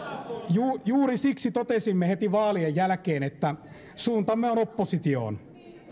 juuri juuri siksi totesimme heti vaalien jälkeen että suuntamme on oppositioon